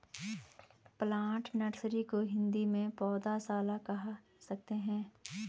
plant nursery को हिंदी में पौधशाला कह सकते हैं